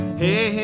hey